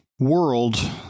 world